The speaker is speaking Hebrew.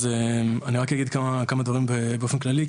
אז אני רק אגיד כמה דברים באופן כללי.